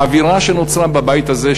האווירה שנוצרה בבית הזה,